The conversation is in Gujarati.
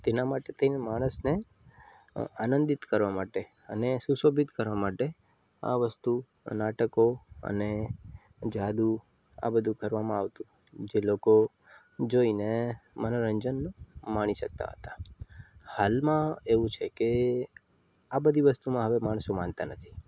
તેના માટે થઈને માણસને આનંદિત કરવા માટે અને સુશોભીત કરવા માટે આ વસ્તુ નાટકો અને જાદુ આ બધું કરવામાં આવતું જે લોકો જોઈને મનોરંજન માણી શકતા હતા હાલમાં એવું છે કે આ બધી વસ્તુમાં હવે માણસો માનતા નથી